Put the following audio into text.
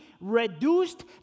reduced